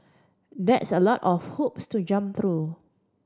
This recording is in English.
that's a lot of hoops to jump through